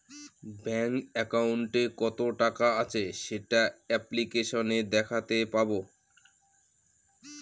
bank একাউন্টে কত টাকা আছে সেটা অ্যাপ্লিকেসনে দেখাতে পাবো